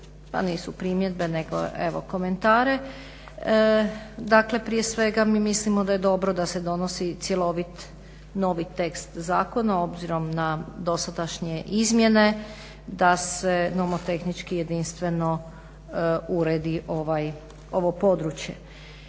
pa nisu primjedbe evo komentare. Dakle prije svega mi mislimo da je dobro da se donosi cjelovit novi tekst zakona obzirom na dosadašnje izmjene, da se nomotehnički jedinstveno uredi ovo područje.